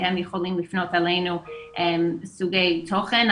הם יכולים להפנות אלינו סוגי תוכן,